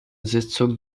sitzung